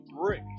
brick